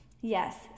Yes